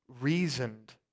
reasoned